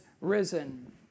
risen